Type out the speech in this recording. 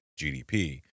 GDP